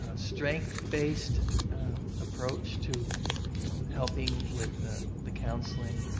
ah strength-based approach to you know helping with the the counseling.